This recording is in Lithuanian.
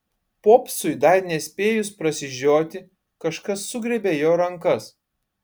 popsui dar nespėjus prasižioti kažkas sugriebė jo rankas